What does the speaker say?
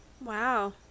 Wow